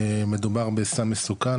מדובר בסם מסוכן,